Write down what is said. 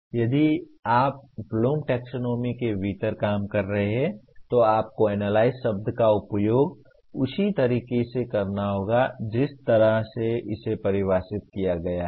इसलिए यदि आप ब्लूम टैक्सोनॉमी के भीतर काम कर रहे हैं तो आपको एनालाइज शब्द का उपयोग उसी तरीके से करना होगा जिस तरह से इसे परिभाषित किया गया है